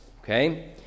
Okay